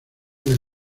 del